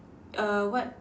err what